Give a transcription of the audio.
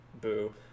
boo